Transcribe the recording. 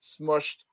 smushed